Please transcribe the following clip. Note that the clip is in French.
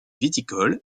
viticole